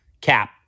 Cap